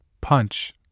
Punch